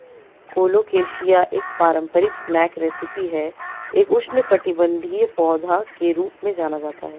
colocasia एक पारंपरिक snack recipe है एक उष्णकटिबंधीय पौधा के रूप में जाना जाता है